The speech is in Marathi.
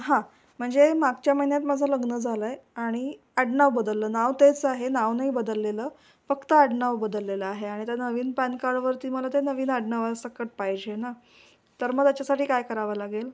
हां म्हणजे मागच्या महिन्यात माझं लग्न झालंय आणि अडनाव बदललं नाव तेच आहे नाव नाही बदललेलं फक्त आडनाव बदललेलं आहे आणि त्या नवीन पॅन कार्डवरती मला ते नवीन आडनावासकट पाहिजे ना तर मग त्याच्यासाठी काय करावं लागेल